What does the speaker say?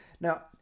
now